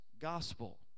gospel